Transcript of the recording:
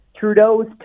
Trudeau's